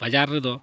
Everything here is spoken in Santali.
ᱵᱟᱡᱟᱨ ᱨᱮᱫᱚ